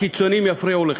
הקיצונים יפריעו לך.